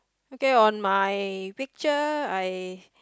okay on my picture I